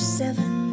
seven